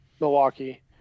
Milwaukee